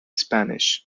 spanish